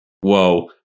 Whoa